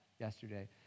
yesterday